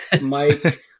Mike